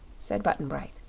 said button-bright.